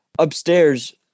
Upstairs